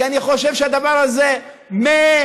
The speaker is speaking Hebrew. כי אני חושב שהדבר הזה מיותר.